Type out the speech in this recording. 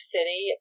City